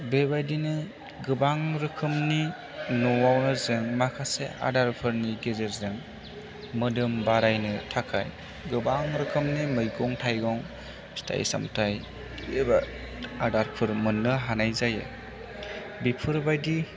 बेबादिनो गोबां रोखोमनि न'आवनो जों माखासे आदारफोरनि गेजेरजों मोदोम बारायनो थाखाय गोबां रोखोमनि मैगं थाइगं फिथाइ सामथाइ एबा आदारफोर मोन्नो हानाय जायो बेफोरबायदि